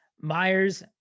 Myers